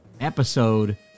episode